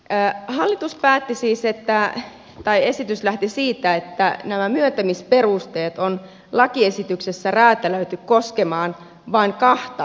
ne hallitus päätti siis jättää tai esitys lähti siitä että nämä myöntämisperusteet on lakiesityksessä räätälöity koskemaan vain kahta toimijaa